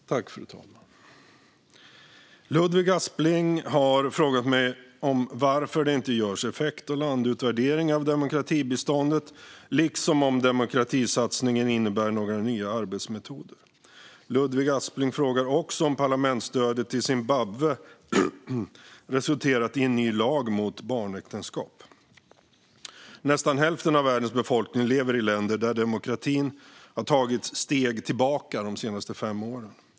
Fru talman! Ludvig Aspling har frågat mig varför det inte görs effekt och landutvärderingar av demokratibiståndet liksom om demokratisatsningen innebär några nya arbetsmetoder. Ludvig Aspling frågar också om parlamentsstödet till Zimbabwe resulterat i en ny lag mot barnäktenskap. Nästan hälften av världens befolkning lever i länder där demokratin har tagit steg tillbaka de senaste fem åren.